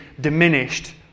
diminished